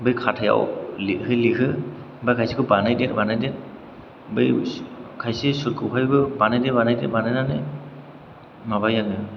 बै खाथायाव लिरहो लिरहो बा खायसेखौ बानायदेर बानायदेर बै खायसे सुरखौहायबो बानायदेर बानायदेर बानायनानै माबायो आङो